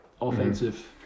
offensive